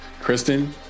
kristen